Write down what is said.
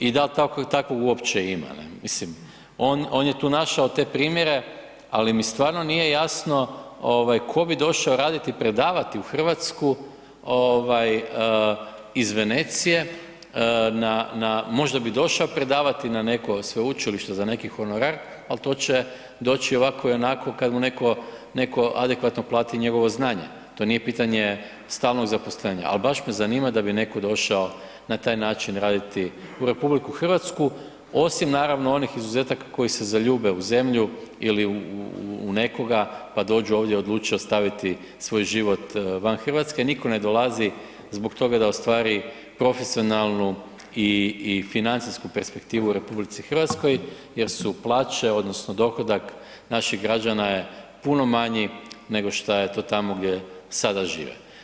I da li takvog uopće ima, mislim, on je tu našao te primjere, ali mi stvarno nije jasno tko bi došao raditi, predavati u Hrvatsku iz Venecije na, možda bi došao predavati na neko sveučilište, za neki honorar, ali to će doći i ovako i onako kad mu netko adekvatno plati njegovo znanje, to nije pitanje stalnog zaposlenja, ali baš me zanima da bi netko došao na taj način raditi u RH, osim naravno, onih izuzetaka koji se zaljube u zemlju ili u nekoga pa dođu ovdje i odluče ostaviti svoj život van Hrvatske nitko ne dolazi zbog toga da ostvari profesionalnu i financijsku perspektivu u RH jer su plaće odnosno dohodak naših građana je puno manji nego što je to tamo gdje sada žive.